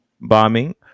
bombing